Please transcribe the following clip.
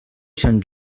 sant